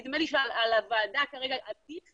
נדמה לי שעל הוועדה עדיף